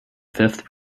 fifth